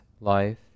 life